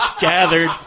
gathered